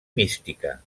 mística